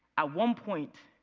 at one point,